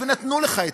נתנו לך היתר,